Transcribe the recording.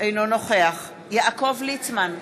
אינו נוכח יעקב ליצמן,